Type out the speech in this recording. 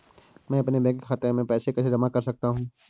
मैं अपने बैंक खाते में पैसे कैसे जमा कर सकता हूँ?